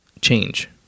Change